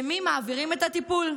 למי מעבירים את הטיפול.